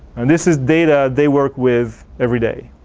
and this is data they work with everyday,